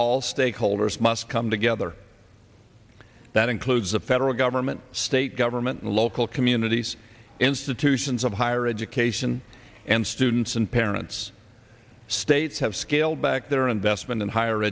all stakeholders must come together that includes the federal government state government and local communities institutions of higher education and students and parents states have scaled back their investment in higher